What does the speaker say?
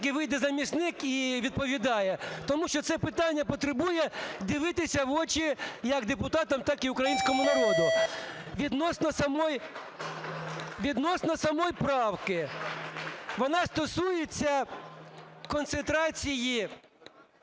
вийде замісник і відповідає. Тому що це питання потребує дивитися в очі як депутатам, так і українському народу. Відносної самої правки. Вона стосується концентрації